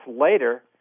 later